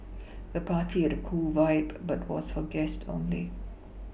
the party had a cool vibe but was for guest only